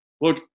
look